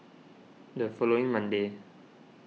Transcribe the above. the following monday